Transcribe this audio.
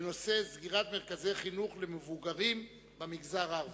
בנושא: סגירת מרכזי חינוך למבוגרים במגזר הערבי.